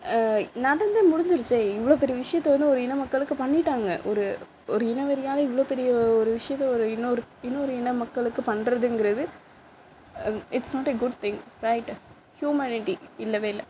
நடந்து முடிஞ்சுடுச்சே இவ்வளோ பெரிய விஷயத்த வந்து ஒரு இன மக்களுக்கு பண்ணிவிட்டாங்க ஒரு ஒரு இனவெறியால் இவ்வளோ பெரிய ஒரு விஷயத்த இன்னொரு இன்னொரு இனமக்களுக்கு பண்ணுறதுங்கறது it's not a good thing right humanity இல்லைவே இல்லை